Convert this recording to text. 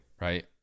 right